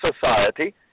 society